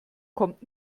kommt